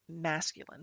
masculine